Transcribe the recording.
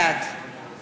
בעד